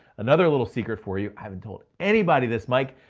another little secret for you, i haven't told anybody this mike,